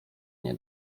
nie